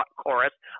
chorus